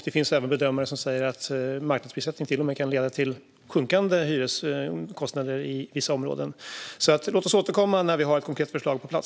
Det finns även bedömare som säger att marknadsprissättning till och med kan leda till sjunkande hyreskostnader i vissa områden. Låt oss återkomma när vi har ett konkret förslag på plats!